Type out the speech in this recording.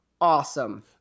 awesome